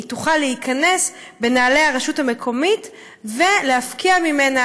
היא תוכל להיכנס בנעלי הרשות המקומית ולהפקיע ממנה